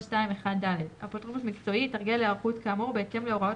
22(1)(ד); אפוטרופוס מקצועי יתרגל היערכות כאמור בהתאם להוראות